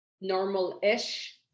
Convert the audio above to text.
normal-ish